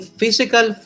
physical